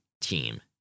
team